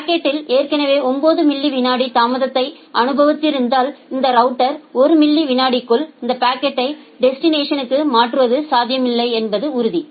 packets ஏற்கனவே 9 milli விநாடி தாமதத்தை அனுபவித்திருந்தால் இந்த ரவுட்டர் 1 மில்லி விநாடிக்குள் இந்த பாக்கெட்யை டெஸ்டினேஷன்க்கு மாற்றுவது சாத்தியமில்லை என்பது உறுதி